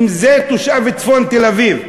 אם זה תושב צפון תל-אביב.